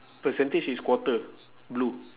percentage is quarter blue